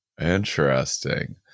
Interesting